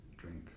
drink